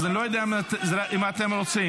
אני לא יודע אם אתם רוצים.